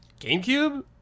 GameCube